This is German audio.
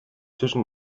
tischen